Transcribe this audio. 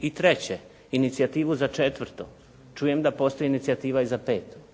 i treće, inicijativu za četvrto, čujem da postoji inicijativa i za peto.